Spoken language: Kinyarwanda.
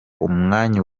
umwanya